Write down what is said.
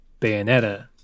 Bayonetta